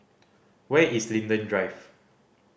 where is Linden Drive